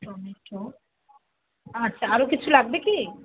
tomato আচ্ছা আরো কিছু লাগবে কি